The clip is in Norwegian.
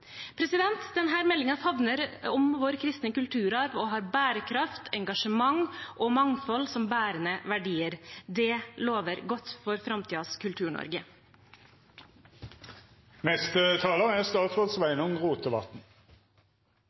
favner om vår kristne kulturarv og har bærekraft, engasjement og mangfold som bærende verdier. Det lover godt for framtidens Kultur-Norge. Engasjement, berekraft og mangfald er